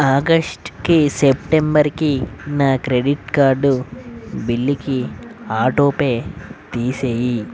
ఆగస్ట్కి సెప్టెంబర్కి నా credit card బిల్లుకి ఆటోపే తీసెయ్యి